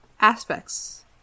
aspects